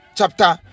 Chapter